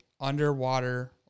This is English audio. underwater